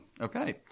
okay